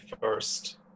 first